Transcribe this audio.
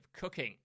cooking